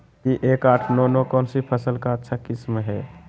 P एक आठ नौ नौ कौन सी फसल का अच्छा किस्म हैं?